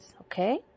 okay